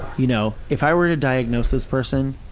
you know, if i were to diagnose this person,